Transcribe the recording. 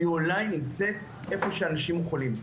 היא אולי נמצאת איפה שאנשים חולים.